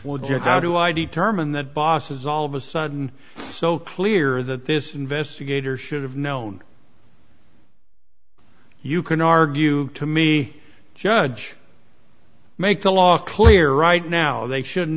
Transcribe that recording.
get out do i determine that boss is all of a sudden so clear that this investigator should have known you can argue to me judge make the law clear right now they shouldn't